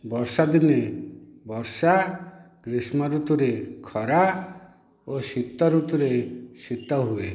ବର୍ଷା ଦିନେ ବର୍ଷା ଗ୍ରୀଷ୍ମ ଋତୁରେ ଖରା ଓ ଶୀତ ଋତୁରେ ଶୀତ ହୁଏ